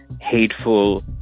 hateful